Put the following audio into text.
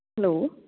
hello